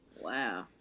Wow